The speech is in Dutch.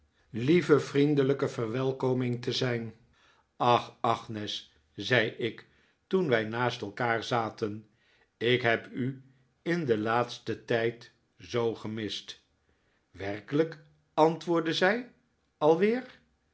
lieve vriendelijke verwelkoming te zijn ach agnes zei ik toen wij naast elkaar zaten ik heb u in den laatsten tijd zoo gemist werkelijk antwoordde zij alweer